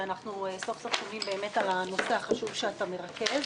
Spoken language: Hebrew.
שאנחנו סוף-סוף שומעים על הנושא החשוב שאתה מרכז,